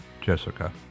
Jessica